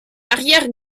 arrière